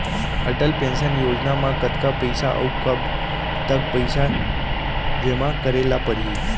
Atal pension Yojana म कतका पइसा, अऊ कब तक पइसा जेमा करे ल परही?